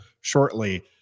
shortly